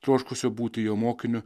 troškusi būti jo mokiniu